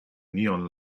neon